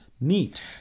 neat